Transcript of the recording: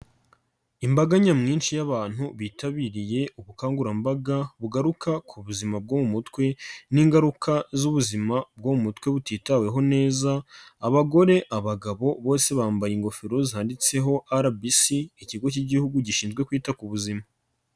Imbaga nyamwinshi y'abantu bitabiriye ubukangurambaga bugaruka ku buzima bwo mu mutwe n'ingaruka z'ubuzima bwo mu mutwe butitaweho neza, abagore abagabo bose bambaye ingofero zanditseho RBC, ikigo cy'Igihugu gishinzwe kwita ku buzima.